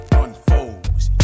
unfolds